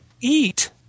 eat